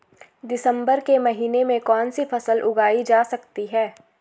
दिसम्बर के महीने में कौन सी फसल उगाई जा सकती है?